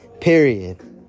Period